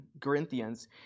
Corinthians